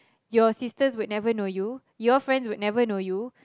your sisters would never know you your friends would never know you